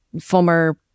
former